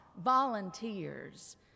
volunteers